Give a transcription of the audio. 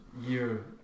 year